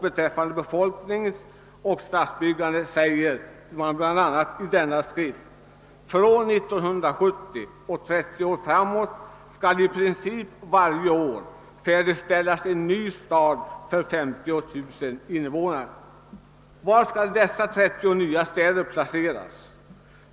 Beträffande befolkning och stadsbyggande sägs i denna skrift följande: »Från 1970 och 30 år framåt skall i princip varje år färdigställas en ny stad för 50000 invånare. Var skall dessa nya 30 städer placeras?